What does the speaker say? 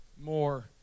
more